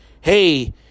hey